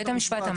בית המשפט.